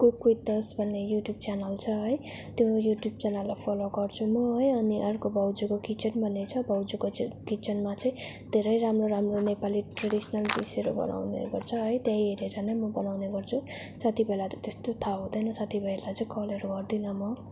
cook with us भन्ने YouTube channel छ है त्यो युट्युब च्यानललाई फलो गर्छु म है अनि अर्को भाउजूको किचन भन्ने छ भाउजूको जुन किचनमा चाहिँ धेरै राम्रो राम्रो नेपाली ट्रेडिसनल डिसहरू बनाउने गर्छ है त्यही हेरेर नै म बनाउने गर्छु साथीभाइलाई त त्यस्तो थाहा हुँदैन साथीभाइहरूलाई चाहिँ कलहरू गर्दिनँ म